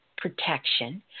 protection